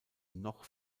noch